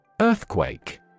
Earthquake